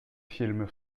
films